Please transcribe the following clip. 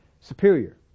superior